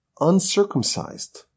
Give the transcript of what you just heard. uncircumcised